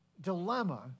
dilemma